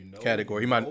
category